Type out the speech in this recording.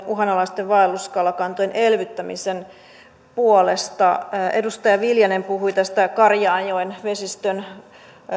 uhanalaisten vaelluskalakantojen elvyttämisen puolesta edustaja viljanen puhui tästä karjaanjoen vesistön